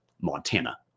Montana